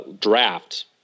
draft